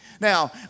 Now